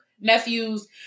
nephews